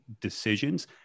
decisions